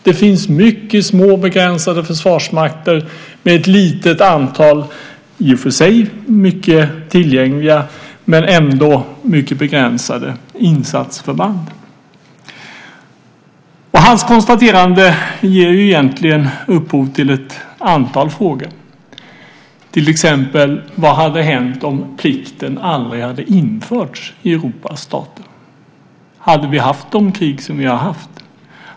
Det finns mycket små begränsade försvarsmakter med ett litet antal, i och för sig mycket tillgängliga men ändå begränsade, insatsförband. Hans konstaterande ger egentligen upphov till ett antal frågor, till exempel vad som hade hänt om plikten aldrig hade införts i Europas stater. Hade vi haft de krig vi har haft?